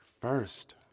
first